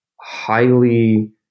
highly